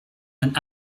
and